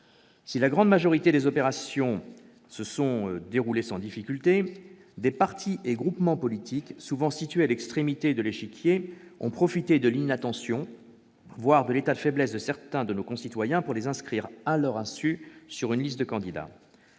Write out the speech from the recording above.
d'enregistrement des candidatures se sont déroulées sans difficulté, des partis et groupements politiques, souvent situés à l'extrémité de l'échiquier politique, ont profité de l'inattention, voire de l'état de faiblesse de certains de nos concitoyens pour les inscrire, à leur insu, sur une liste de candidats.